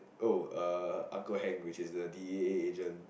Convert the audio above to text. oh uh Uncle Hank which is the d_e_a agent